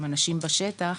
עם אנשים בשטח,